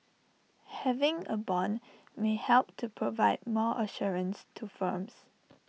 having A Bond may help to provide more assurance to firms